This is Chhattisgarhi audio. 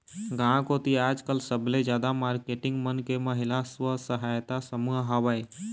गांव कोती आजकल सबले जादा मारकेटिंग मन के महिला स्व सहायता समूह हवय